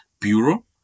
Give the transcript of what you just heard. bureau